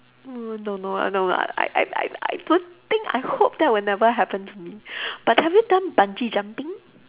oh no no no I I I I don't think I hope that will never happen to me but have you done bungee jumping